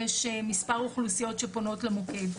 יש מספר אוכלוסיות שפונות למוקד.